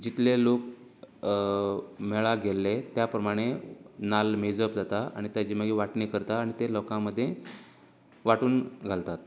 जितलें लोक मेळाक गेल्ले त्या प्रमाणें नाल्ल मेजप जाता आनी तेजी मागीर वांटणी करता आनी तें लोकां मदीं वांटून घालतात